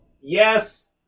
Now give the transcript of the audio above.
Yes